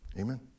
Amen